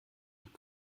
und